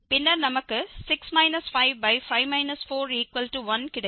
பின்னர் நமக்கு 6 55 41 கிடைக்கும்